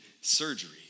surgery